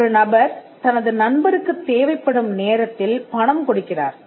ஒரு நபர் தனது நண்பருக்குத் தேவைப்படும் நேரத்தில் பணம் கொடுக்கிறார்